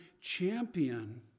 champion